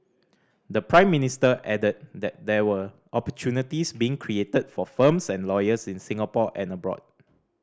the Prime Minister added that there were opportunities being created for firms and lawyers in Singapore and abroad